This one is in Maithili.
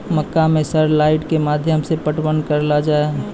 मक्का मैं सर लाइट के माध्यम से पटवन कल आ जाए?